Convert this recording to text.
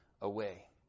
away